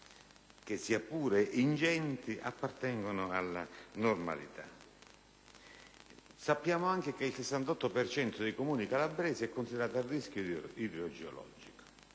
che, sia pur ingenti, appartengono alla normalità. Sappiamo anche che il 68 per cento dei Comuni calabresi è considerato a rischio idrogeologico.